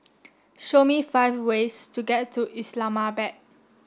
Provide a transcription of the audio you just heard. show me five ways to get to Islamabad